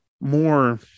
more